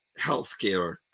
healthcare